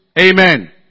Amen